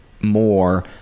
more